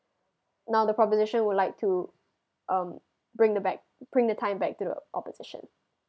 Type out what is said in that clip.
now the proposition would like to um bring the back bring the time back to the opposition